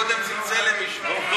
קודם צלצל למישהו.